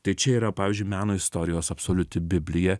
tai čia yra pavyzdžiui meno istorijos absoliuti biblija